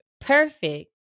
perfect